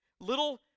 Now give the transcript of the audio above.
little